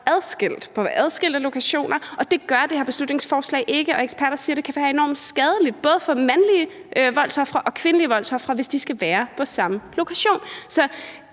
på adskilte lokationer. Det gør det her beslutningsforslag ikke, og eksperter siger, at det kan være enormt skadeligt, både for mandlige voldsofre og kvindelige voldsofre, hvis de skal være på samme lokation.